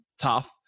tough